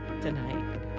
tonight